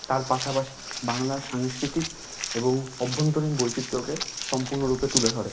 তার পাশাপাশি বাংলার সাংস্কৃতিক এবং অভ্যন্তরীণ বৈচিত্র্যকে সম্পূর্ণরূপে তুলে ধরে